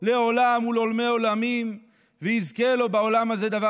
והוא ברוך הוא זוכה להם,